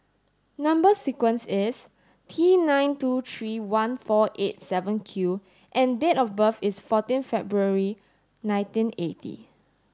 number sequence is T nine two three one four eight seven Q and date of birth is fourteen February nineteen eighty